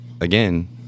again